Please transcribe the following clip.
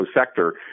sector